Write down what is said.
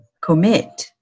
commit